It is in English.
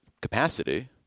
capacity